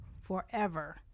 forever